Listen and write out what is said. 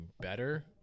better